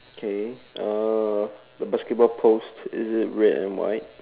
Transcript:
okay the basketball post is it red and white